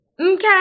okay